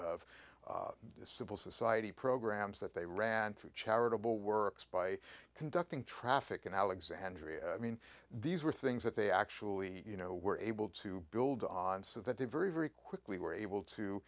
of civil society programs that they ran through charitable works by conducting traffic in alexandria i mean these were things that they actually you know were able to build on so that they very very quickly were able to